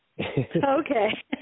Okay